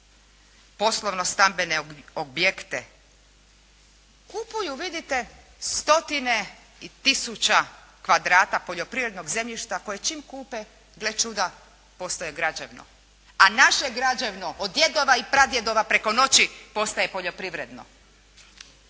poslovno-stambene objekte, kupuju vidite stoti tisuća kvadrata poljoprivrednog zemljišta koje čim kupe, gle čuda, postaje građevno. A naše građevno od djedova i pradjedova preko noći postaje poljoprivredno.